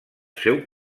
seu